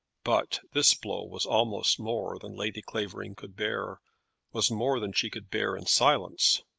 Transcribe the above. but this blow was almost more than lady clavering could bear was more than she could bear in silence.